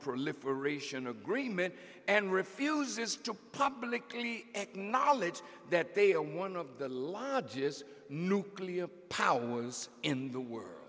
oliferation agreement and refuses to publicly acknowledge that they are one of the largest nuclear powers in the